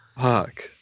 Fuck